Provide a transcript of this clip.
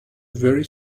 very